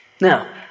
Now